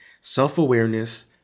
self-awareness